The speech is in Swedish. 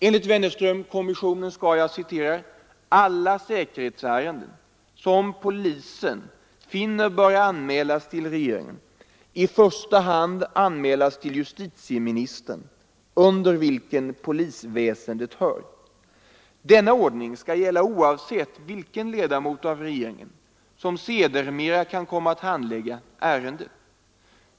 Enligt Wennerströmkommissionen skall alla säkerhetsärenden, som polisen ”finner böra anmälas till regeringen, i första hand anmälas till justitieministern, under vilken polisväsendet hör. Denna ordning skall gälla oavsett vilken ledamot av regeringen, som sedermera kan komma att handlägga ärendet.